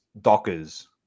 Dockers